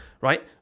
right